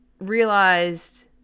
realized